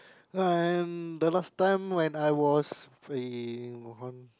and the last time when I was eh around